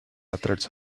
athletes